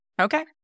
Okay